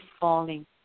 falling